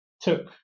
took